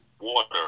water